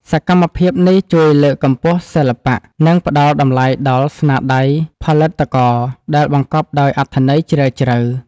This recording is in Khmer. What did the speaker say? សកម្មភាពនេះជួយលើកកម្ពស់សិល្បៈ និងផ្ដល់តម្លៃដល់ស្នាដៃផលិតករដែលបង្កប់ដោយអត្ថន័យជ្រាលជ្រៅ។